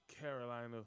Carolina